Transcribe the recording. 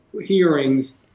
hearings